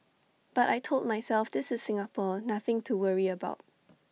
but I Told myself this is Singapore nothing to worry about